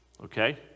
okay